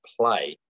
play